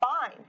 fine